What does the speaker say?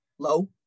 Low